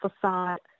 facade